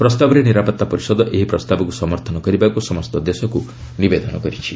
ପ୍ରସ୍ତାବରେ ନିରାପତ୍ତା ପରିଷଦ ଏହି ପ୍ରସ୍ତାବକୁ ସମର୍ଥନ କରିବାକୁ ସମସ୍ତ ଦେଶକୁ ନିବେଦନ କରିଛି